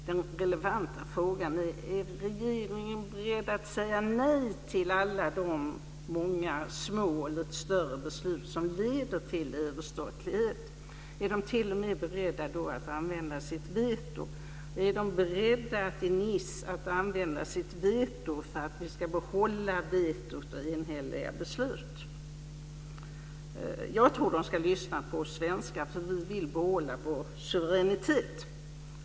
Den relevanta frågan är: Är regeringen beredd att säga nej till alla de många små eller större beslut som leder till överstatlighet? Är regeringen t.o.m. beredd att använda sitt veto? Är man beredd att i Nice använda sitt veto för att vi ska få behålla vetot och enhälliga beslut? Jag tror att man ska lyssna på oss svenskar för vi vill behålla vår suveränitet.